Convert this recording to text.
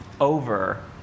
over